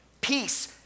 peace